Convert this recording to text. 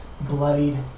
bloodied